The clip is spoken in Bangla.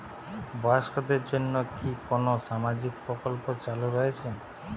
বয়স্কদের জন্য কি কোন সামাজিক প্রকল্প চালু রয়েছে?